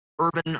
urban